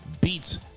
beats